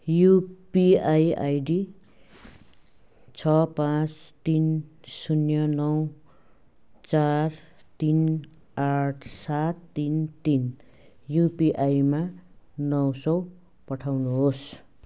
UPI ID छ पाँच तिन शून्य नौ चार तिन आठ सात तिन तिन युपिआईमा नौ सय पठाउनुहोस्